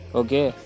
okay